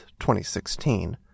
2016